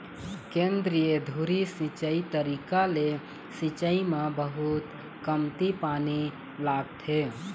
केंद्रीय धुरी सिंचई तरीका ले सिंचाई म बहुत कमती पानी लागथे